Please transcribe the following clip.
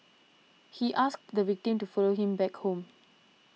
he asked the victim to follow him back home